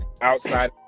outside